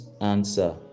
answer